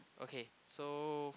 okay so